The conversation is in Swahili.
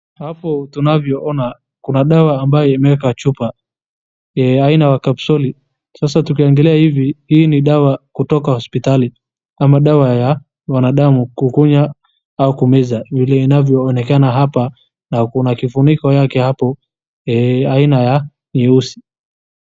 Hapo tunavyoona kuna dawa ambayo imeeka chupa aina ya kapsuli. Sasa tukiangalia hivi hii ni dawa kutoka hospitali ama dawa ya wanadamu ku kunywa au kumeza. Vile inavyoonekana hapa na kuna kifuniko yake hapo aina ya nyeusi.